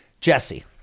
Jesse